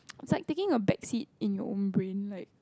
is like taking a backseat in your own brain like